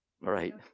Right